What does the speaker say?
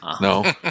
no